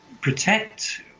protect